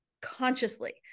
consciously